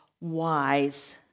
wise